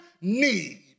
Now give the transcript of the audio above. need